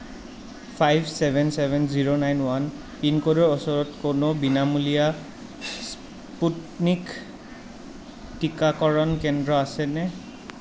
five seven seven zero nine one পিনক'ডৰ ওচৰতে কোনো বিনামূলীয়া স্পুটনিক টীকাকৰণ কেন্দ্ৰ আছেনে